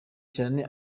cyane